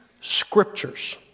scriptures